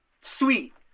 Sweet